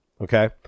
okay